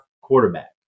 quarterback